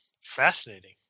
fascinating